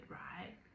right